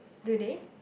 do they